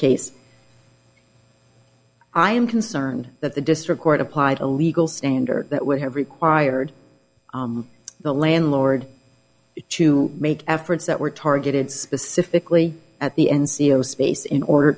case i am concerned that the district court applied a legal standard that would have required the landlord to make efforts that were targeted specifically at the n c o space in order